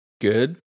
Good